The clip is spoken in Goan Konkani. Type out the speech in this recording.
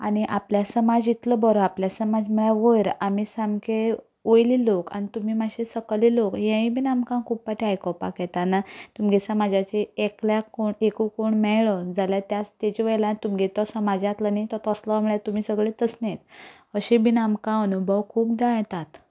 आनी आपलो समाज इतलो बरो आपलो समाज वयर आमीं सामके वयले लोक आनी तुमी मातशे सकयले लोक हेंवूय बी आमकां खूब फावटी आयकपाक येता तुमच्या समाजाची एकल्या कोणा एक कोण मेळ्ळो जाल्यार त्या ताच्या वेल्यान तुमचो तो समाजांतलो न्हय तो तसलो म्हणल्यार तुमीं सगळीं तसलींच अशें बी आमकां अनुभव खुबदां येतात